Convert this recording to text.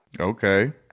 Okay